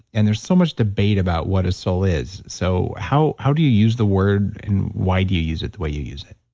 and there's so much debate about what a soul is. so, how how do you use the word? and why do you use it the way you use it?